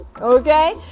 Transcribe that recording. Okay